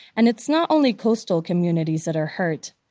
and it's not only coastal communities that are hurt.